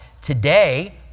Today